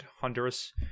Honduras